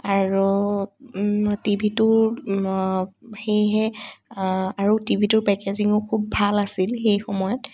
আৰু টিভিটোৰ সেয়েহে আৰু টিভিটোৰ পেকেজিঙো খুব ভাল আছিল সেই সময়ত